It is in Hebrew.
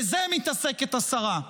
בזה מתעסקת השרה.